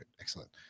excellent